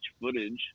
footage